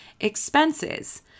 expenses